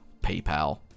PayPal